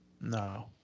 no